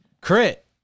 crit